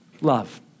Love